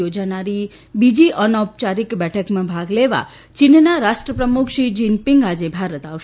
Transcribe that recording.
યોજાનારી બીજી અનૌપયારિક બેઠકમાં ભાગ લેવા ચીનના રાષ્ટ્રપ્રમુખ શી જીનપિંગ આજે ભારત આવશે